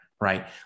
right